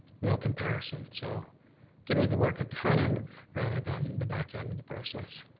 no comparison, so give me the work at the front end rather than the back end of the process.